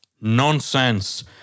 nonsense